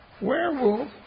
Werewolf